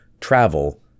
travel